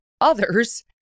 others